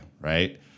right